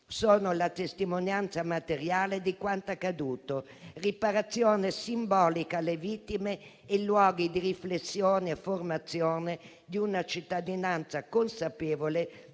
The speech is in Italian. sono la testimonianza materiale di quanto accaduto, della riparazione simbolica per le vittime e luoghi di riflessione e formazione di una cittadinanza consapevole